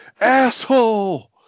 asshole